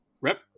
Rep